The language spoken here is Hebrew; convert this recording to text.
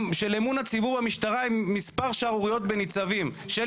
של אמון הציבור במשטרה עם מספר שערוריות של ניצבים,